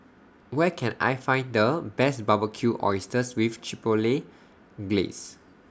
Where Can I Find The Best Barbecued Oysters with Chipotle Glaze